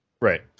Right